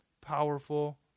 powerful